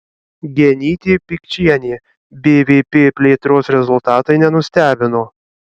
genytė pikčienė bvp plėtros rezultatai nenustebino